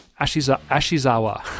Ashizawa